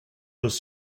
was